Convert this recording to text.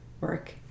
work